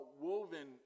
woven